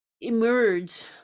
emerge